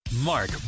Mark